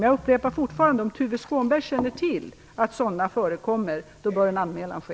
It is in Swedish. Men jag upprepar än en gång att om Tuve Skånberg känner till att sådana förekommer, så bör en anmälan ske.